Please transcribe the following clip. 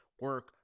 Work